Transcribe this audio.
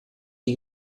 die